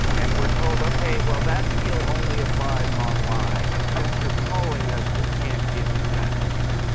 and we're told, okay well that deal only applies online and since you're calling us we can't give you that deal.